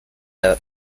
der